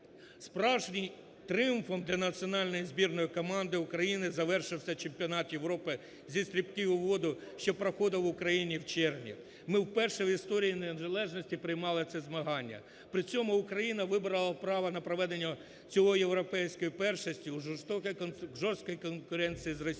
Справжнім тріумфом для національної збірної команди України завершився Чемпіонат Європи зі стрибків у воду, що проходив в Україні в червні. Ми вперше в історії незалежності приймали це змагання. При цьому Україна виборола право на проведення цієї європейської першості у жорсткій конкуренції з Росією.